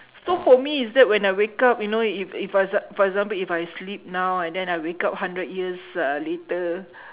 so for me it's that when I wake up you know if if for exa~ for example if I sleep now and then I wake up hundred years uh later